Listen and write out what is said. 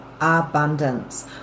abundance